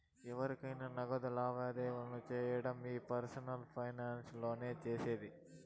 ఎవురికైనా నగదు లావాదేవీలు సేయడం ఈ పర్సనల్ ఫైనాన్స్ లోనే సేసేది